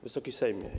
Wysoki Sejmie!